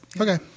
Okay